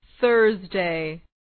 Thursday